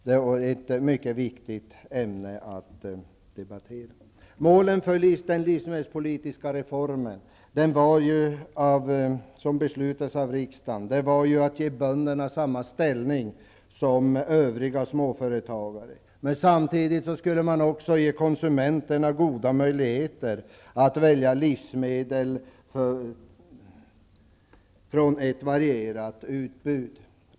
Det här är ett viktigt ämne att debattera. Målen för den livsmedelspolitiska reformen, som beslutades av riksdagen, var att ge bönderna samma ställning som övriga småföretagare. Samtidigt skulle konsumenterna ges goda möjligheter att välja livsmedel ur ett varierat utbud.